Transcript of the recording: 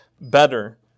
better